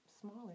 smaller